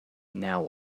now